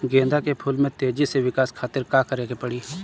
गेंदा के फूल में तेजी से विकास खातिर का करे के पड़ी?